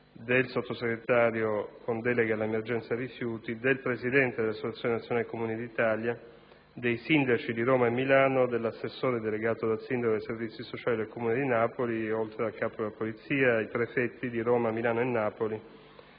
del Sottosegretario con delega all'emergenza rifiuti, del presidente dell'Associazione nazionale comuni d'Italia, dei sindaci di Roma e Milano, dell'assessore delegato dal sindaco ai servizi sociali del Comune di Napoli, oltre al capo della polizia, ai prefetti di Roma, Milano e Napoli